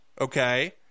okay